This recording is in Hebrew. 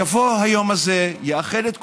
יבוא היום הזה, יאחד את כולם,